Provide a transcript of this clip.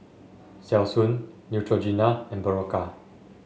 Selsun Neutrogena and Berocca